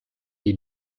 die